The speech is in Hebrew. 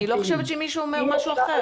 אני לא חושבת שמישהו אומר משהו אחר.